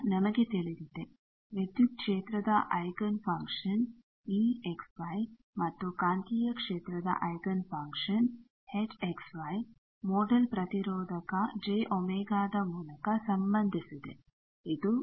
ಈಗ ನಮಗೆ ತಿಳಿದಿದೆ ವಿದ್ಯುತ್ ಕ್ಷೇತ್ರದ ಐಗನ್ ಫಂಕ್ಷನ್ e xy ಮತ್ತು ಕಾಂತೀಯ ಕ್ಷೇತ್ರದ eigen function h xy modal ಪ್ರತಿರೋಧಕ j𝛚 ದ ಮೂಲಕ ಸಂಬಂದಿಸಿವೆ